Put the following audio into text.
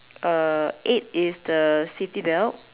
uh eight is the city belt